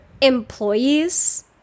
employees